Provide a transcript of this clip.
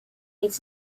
reads